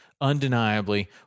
undeniably